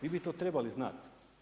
Vi bi to trebali znat.